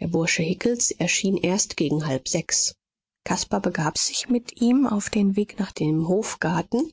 der bursche hickels erschien erst gegen halb sechs caspar begab sich mit ihm auf den weg nach dem hofgarten